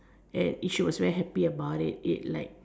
and she was very happy about it it like